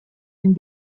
and